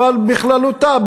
אבל בכללותה,